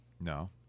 No